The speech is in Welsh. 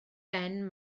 ben